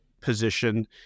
position